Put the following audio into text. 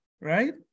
right